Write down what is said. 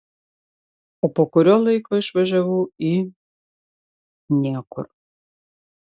o po kurio laiko išvažiavau į niekur